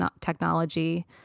technology